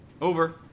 over